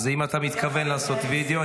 אז אם אתה מתכוון לעשות וידיאו,